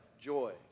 joy